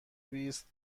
بیست